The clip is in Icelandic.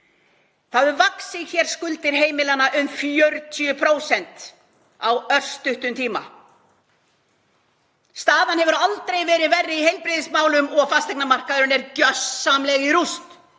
Hér hafa skuldir heimilanna vaxið um 40% á örstuttum tíma. Staðan hefur aldrei verið verri í heilbrigðismálum og fasteignamarkaðurinn er gjörsamlega í rúst.